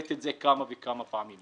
העליתי זאת כמה וכמה פעמים.